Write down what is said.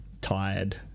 tired